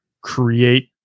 create